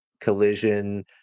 Collision